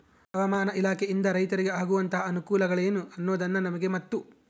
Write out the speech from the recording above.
ಹವಾಮಾನ ಇಲಾಖೆಯಿಂದ ರೈತರಿಗೆ ಆಗುವಂತಹ ಅನುಕೂಲಗಳೇನು ಅನ್ನೋದನ್ನ ನಮಗೆ ಮತ್ತು?